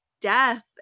death